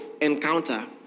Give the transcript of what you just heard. encounter